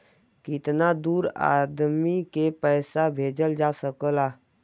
कितना दूर आदमी के पैसा भेजल जा सकला?